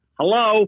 hello